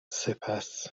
سپس